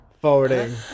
forwarding